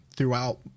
throughout